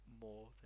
more